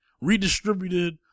redistributed